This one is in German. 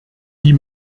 die